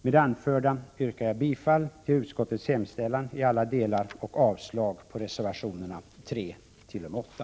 Med det anförda yrkar jag bifall till utskottets hemställan i alla delar och avslag på reservationerna 3-8.